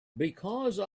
because